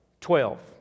Twelve